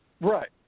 Right